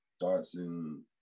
dancing